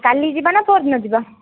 କାଲି ଯିବା ନା ପଅରଦିନ ଯିବା